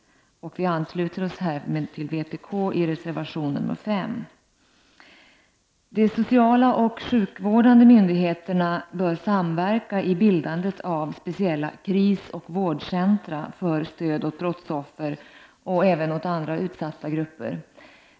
Vi ansluter oss härmed till vpk i reservation nr 5. De sociala och sjukvårdande myndigheterna bör samverka i bildandet av speciella krisoch vårdcentra för stöd åt brottsoffer och även åt andra utsatta grupper.